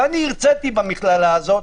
ואני הרציתי במכללה הזאת,